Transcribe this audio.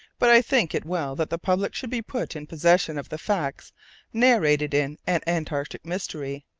but i think it well that the public should be put in possession of the facts narrated in an antarctic mystery.